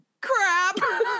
crap